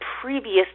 previous